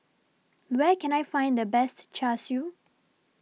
Where Can I Find The Best Char Siu